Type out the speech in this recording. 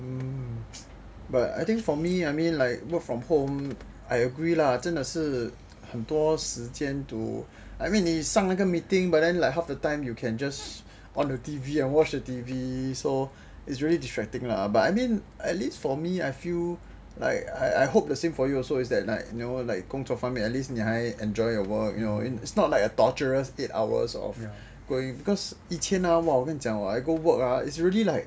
um but I think for me I would mean like work from home I agree lah 真的是很多时间 to I mean 你上一个 meeting but then like half the time you can just on the T_V and watch the T_V so it's really distracting lah but I mean at least for me I feel like I hope the same for you also is that like 工作方面 at least 你还 enjoy your work you know it's not like a torturous eight hours of going because 以前 ah !wah! I go work ah is really like